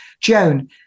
Joan